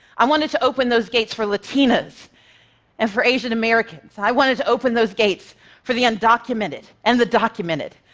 i wanted to open those gates for latinas and for asian americans. i wanted to open those gates for the undocumented and the documented.